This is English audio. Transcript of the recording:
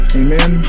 amen